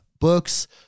Books